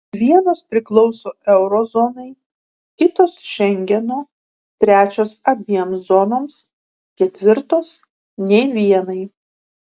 vienos priklauso euro zonai kitos šengeno trečios abiem zonoms ketvirtos nė vienai